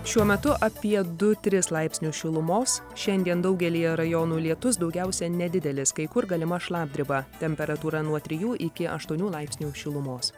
šiuo metu apie du tris laipsnių šilumos šiandien daugelyje rajonų lietus daugiausiai nedidelis kai kur galima šlapdriba temperatūra nuo trijų iki aštuonių laipsnių šilumos